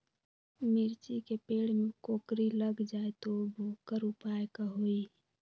मिर्ची के पेड़ में कोकरी लग जाये त वोकर उपाय का होई?